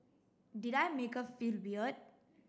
did I make her feel weird